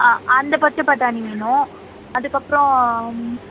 on அந்த பச்சைப்பட்டாணி வேணும் அதுக்கப்புறோம்